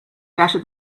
better